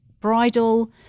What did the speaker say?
bridal